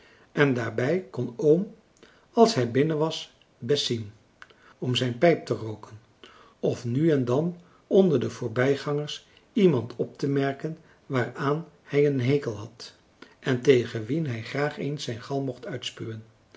en daarbij kon oom als hij binnen was best zien om zijn pijp te rooken of nu en dan onder de voorbijgangers iemand op te merken waaraan hij een hekel had en tegen wien hij graag eens zijn gal mocht uitspuwen